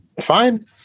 Fine